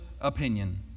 opinion